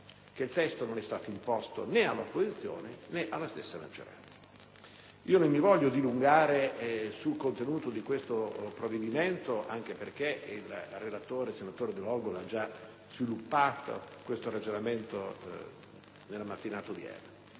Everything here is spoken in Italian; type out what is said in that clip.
che non è stato imposto né all'opposizione né alla stessa maggioranza. Non voglio dilungarmi sul contenuto di questo provvedimento, anche perché il relatore, senatore Delogu, ha già sviluppato questo ragionamento nella mattinata odierna.